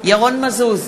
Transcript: ירון מזוז,